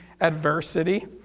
adversity